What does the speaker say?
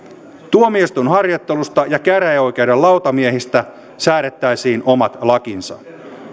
tuomioistuinharjoittelusta ja käräjäoikeuden lautamiehistä säädettäisiin omat lakinsa